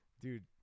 Dude